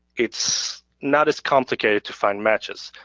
it's not as complicated to find matches.